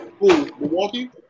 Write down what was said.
Milwaukee